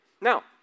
Now